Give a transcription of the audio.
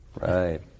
Right